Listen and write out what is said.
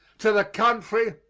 to the country,